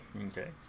Okay